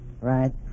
Right